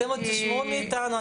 אתם עוד תשמעו מאתנו.